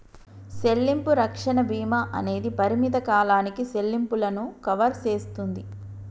సెల్లింపు రక్షణ భీమా అనేది పరిమిత కాలానికి సెల్లింపులను కవర్ సేస్తుంది